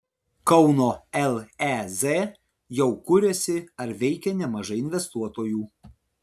kauno lez jau kuriasi ar veikia nemažai investuotojų